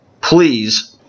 please